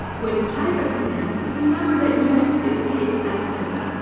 when you type a command remember that unix is case sensitive